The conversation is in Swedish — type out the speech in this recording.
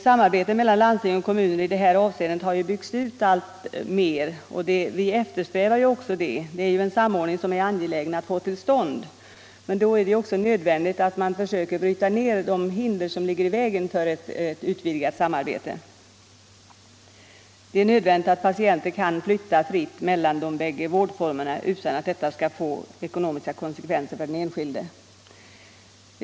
Samarbetet mellan landsting och kommuner i detta avseende har byggts ut alltmer — en samordning som det är angeläget att få till stånd. Men då är det också nödvändigt att man försöker bryta ner de hinder som ligger i vägen för ett utvidgat samarbete. Det är nödvändigt att patienter kan flytta fritt mellan de bägge vårdformerna utan att detta skall få ekonomiska konsekvenser för den enskilde.